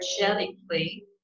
energetically